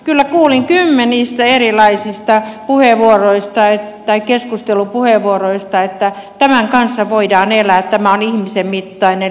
kyllä kuulin kymmenistä erilaisista keskustelupuheenvuoroista että tämän kanssa voidaan elää tämä on ihmisen mittainen linjaus